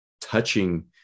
touching